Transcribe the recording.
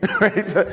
right